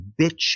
bitch